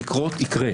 יקרה.